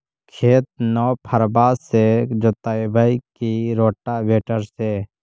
खेत नौफरबा से जोतइबै की रोटावेटर से?